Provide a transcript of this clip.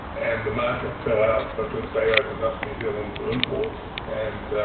and the market fell out because they opened up new zealand to imports. and